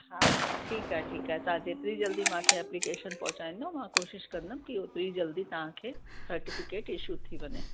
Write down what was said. हा हा ठीकु आहे ठीकु आहे तव्हां जेतिरी जल्दी मूंखे एप्लीकेशन पहुंचाईंदव मां कोशिशि कंदमि की ओतिरी जल्दी तव्हांखे सर्टिफ़िकेट इशू थी वञे